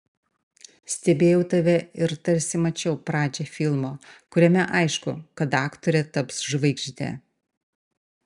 stebėjau tave ir tarsi mačiau pradžią filmo kuriame aišku kad aktorė taps žvaigžde